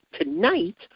tonight